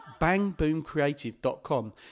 Bangboomcreative.com